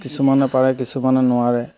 কিছুমানে পাৰে কিছুমানে নোৱাৰে